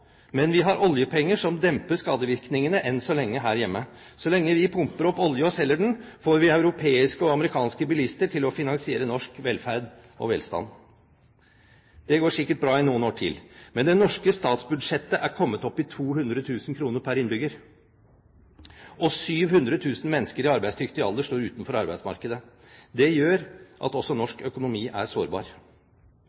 men vi har oljepenger som demper skadevirkningene enn så lenge her hjemme. Så lenge vi pumper opp olje og selger den, får vi europeiske og amerikanske bilister til å finansiere norsk velferd og velstand. Det går sikkert bra i noen år til, men det norske statsbudsjettet er kommet opp i 200 000 kr per innbygger, og 700 000 mennesker i arbeidsdyktig alder står utenfor arbeidsmarkedet. Det gjør at også